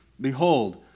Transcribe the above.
behold